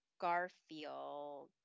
Garfield